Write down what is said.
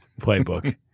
playbook